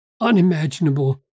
unimaginable